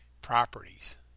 properties